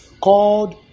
called